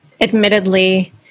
admittedly